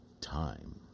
time